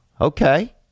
okay